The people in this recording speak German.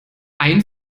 ein